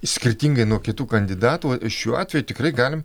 skirtingai nuo kitų kandidatų šiuo atveju tikrai galim